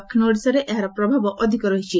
ଦକ୍ଷିଣ ଓଡ଼ିଶାରେ ଏହାର ପ୍ରଭାବ ଅଧିକ ରହିଛି